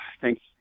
thanks